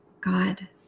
God